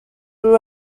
grew